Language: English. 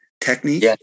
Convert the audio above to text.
technique